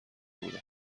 بودم